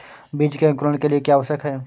बीज के अंकुरण के लिए क्या आवश्यक है?